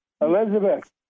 Elizabeth